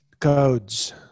codes